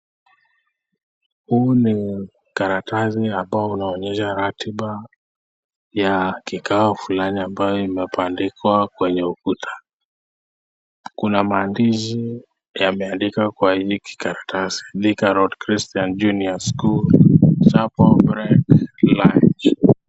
Huu ni karatasi ambao unaonyesha ratiba ya kikao fulani ambayo imepandikwa kwa ukuta Kuna maandishi yameandikwa kwa hiki karatasi' road christian junior school break for lunch'.